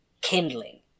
kindling